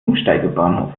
umsteigebahnhof